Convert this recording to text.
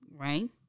right